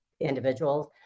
individuals